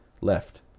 left